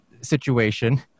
situation